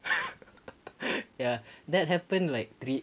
ya then happened like three